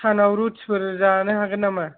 सानाव रुटिफोर जानो हागोन नामा